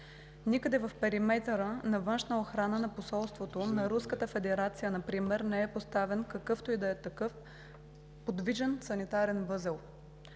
Никъде в периметъра на външната охрана на посолството на Руската федерация, например, не е поставен какъвто и е да е подвижен санитарен възел.